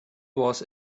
was